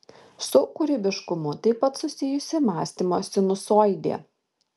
su kūrybiškumu taip pat susijusi mąstymo sinusoidė